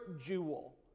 jewel